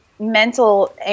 mental